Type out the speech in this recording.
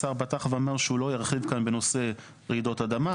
השר פתח ואמר שהוא לא ירחיב כאן בנושא רעידות אדמה,